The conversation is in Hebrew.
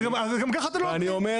אז גם ככה אתם לא נותנים.